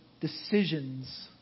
decisions